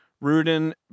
Rudin